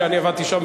כשאני עבדתי שם,